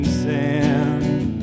sand